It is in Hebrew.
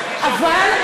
אבל,